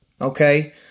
Okay